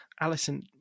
Alison